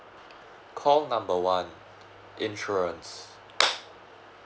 call number one insurance